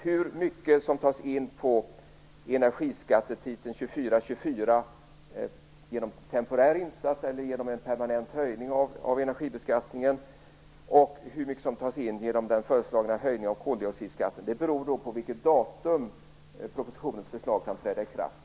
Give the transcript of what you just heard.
Hur mycket som tas in på energiskattetiteln 2424 genom temporära insatser eller genom en permanent höjning av energibeskattningen och hur mycket som tas in genom den föreslagna höjningen av koldioxidskatten beror på vilket datum propositionens förslag kan träda i kraft.